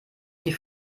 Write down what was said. die